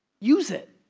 use it,